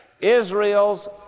Israel's